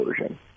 version